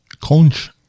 conch